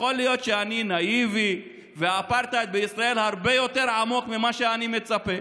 יכול להיות שאני נאיבי והאפרטהייד בישראל הרבה יותר עמוק ממה שאני מצפה.